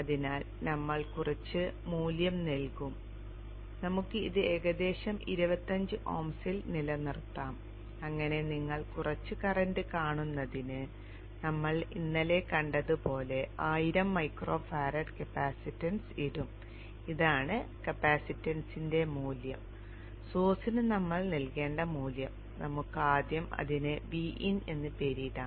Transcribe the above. അതിനാൽ നമ്മൾ കുറച്ച് മൂല്യം നൽകും നമുക്ക് ഇത് ഏകദേശം 25 ഓംസിൽ നിലനിർത്താം അങ്ങനെ നിങ്ങൾ കുറച്ച് കറന്റ് കാണുന്നതിന് നമ്മൾ ഇന്നലെ കണ്ടതുപോലെ 1000 മൈക്രോ ഫാരഡ് കപ്പാസിറ്റൻസ് ഇടും ഇതാണ് കപ്പാസിറ്റൻസ് മൂല്യം സോഴ്സിന് നമ്മൾ നൽകേണ്ട മൂല്യം നമുക്ക് ആദ്യം അതിന് Vin എന്ന് പേരിടാം